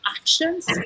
actions